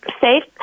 safe